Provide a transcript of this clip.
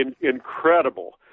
incredible